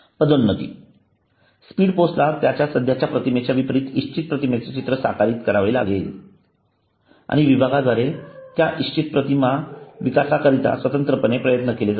पदोन्नती स्पीड पोस्टला सध्याच्या प्रतिमेच्या विपरीत इच्छित प्रतिमेचे चित्र विकसित करावे लागेल आणि विभागाद्वारे त्या इच्छित प्रतिमा विकासाकरीता स्वतंत्रपणे प्रयत्न केले जात आहे